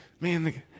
Man